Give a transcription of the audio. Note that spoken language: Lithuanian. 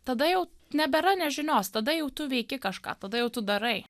tada jau nebėra nežinios tada jau tu veiki kažką tada jau tu darai